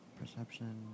Perception